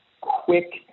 quick